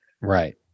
right